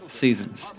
seasons